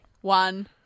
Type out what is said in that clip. One